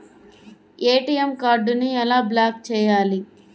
ATM కార్డుని ఎలా block చేయాలి?